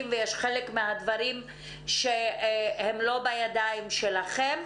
ויש חלק מהדברים שהם לא בידיים שלכם.